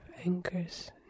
anchors